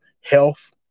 health